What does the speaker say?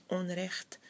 onrecht